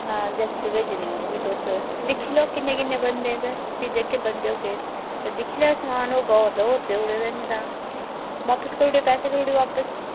आं जागत भेजने भी तुस दिक्खी लैयो किन्ने किन्ने दिन दे जेह्के बंदे ते दिक्खेओ समान होगा ते होर देई ओड़ेओ नेईं तां बापस करी ओड़ेओ बापस करी ओड़ेओ बापस